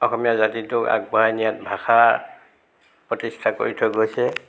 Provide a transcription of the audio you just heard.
অসমীয়া জাতিটোক আগবঢ়াই নিয়াত ভাষা প্ৰতিষ্ঠা কৰি থৈ গৈছে